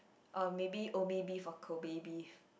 oh maybe Omae beef or Kobe beef